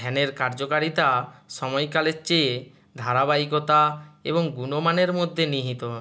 ধ্যানের কার্যকারিতা সময়কালের চেয়ে ধারাবাহিকতা এবং গুণমানের মধ্যে নিহিত